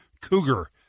cougar